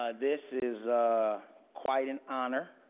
ah this is a quite an honor.